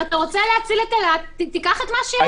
אם אתה רוצה להציל את אילת, תיקח את מה שיש.